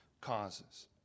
causes